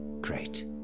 Great